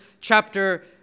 chapter